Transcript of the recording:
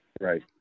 Right